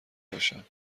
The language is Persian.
باشم